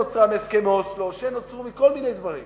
שנוצר מהסכם אוסלו ומכל מיני דברים,